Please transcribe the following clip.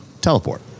Teleport